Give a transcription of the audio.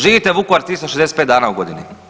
Živite Vukovar 365 dana u godini.